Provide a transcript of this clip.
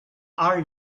are